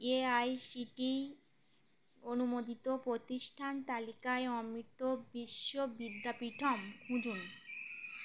AICTE অনুমোদিত প্রতিষ্ঠান তালিকায় অমিত বিশ্ববিদ্যাপীঠম খুঁজুন